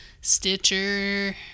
Stitcher